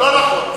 לא נכון.